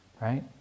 right